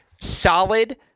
solid